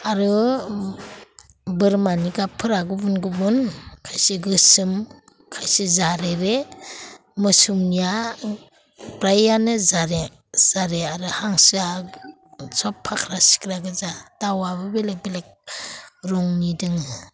आरो बोरमानि गाबफोरा गुबुन गुबुन खायसे गोसोम खायसे जारेरे मोसौनिया फ्रायानो जारें जारें आरो हांसोआ सब फाख्रा सिख्रा गोजा दाउआबो बेलेक बेलेक रंनि दोङो